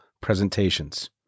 presentations